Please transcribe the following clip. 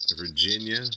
Virginia